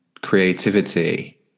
creativity